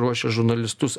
ruošia žurnalistus